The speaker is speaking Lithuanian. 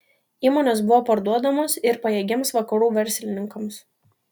įmonės buvo parduodamos ir pajėgiems vakarų verslininkams